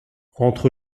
entre